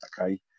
Okay